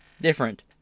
Different